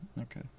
Okay